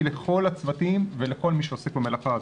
לכל הצוותים ולכל מי שעוסק במלאכה הזאת.